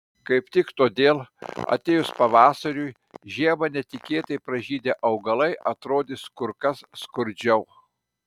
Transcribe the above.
kaip tik todėl atėjus pavasariui žiemą netikėtai pražydę augalai atrodys kur kas skurdžiau